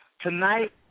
Tonight